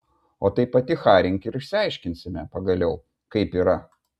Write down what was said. o tai paticharink ir išsiaiškinsime pagaliau kaip yra